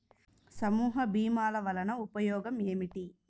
సమూహ భీమాల వలన ఉపయోగం ఏమిటీ?